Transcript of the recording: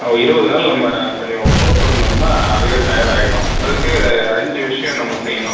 இருபது நாள் நம்ம கொஞ்சம் பொறுத்து இருந்தோம்னால் அதுவே தயார் ஆகிடும் அதுக்கு அஞ்சு விஷயம் நம்ம செய்யணும்